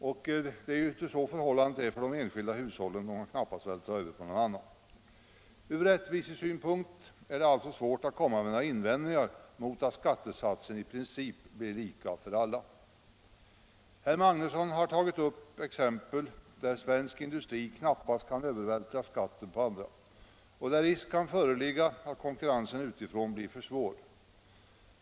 Så är ju inte förhållandet för de enskilda hushållen; de kan knappast vältra över på någon annan. Från rättvisesynpunkt är det alltså svårt att komma med några invändningar mot att skattesatsen i princip blir lika för alla. Herr Magnusson har som exempel tagit upp fall där en svensk industri knappast kan övervältra skatten på andra och där risk kan föreligga att konkurrensen utifrån blir för svår.